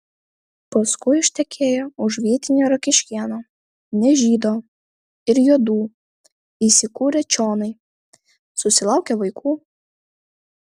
paskui ištekėjo už vietinio rokiškėno ne žydo ir juodu įsikūrę čionai susilaukė vaikų